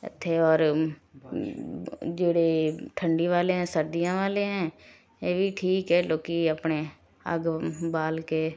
ਇੱਥੇ ਹੋਰ ਜਿਹੜੇ ਠੰਡੀ ਵਾਲੇ ਹੈ ਸਰਦੀਆਂ ਵਾਲੇ ਹੈ ਇਹ ਵੀ ਠੀਕ ਹੈ ਲੋਕ ਆਪਣੇ ਅੱਗ ਬਾਲ ਕੇ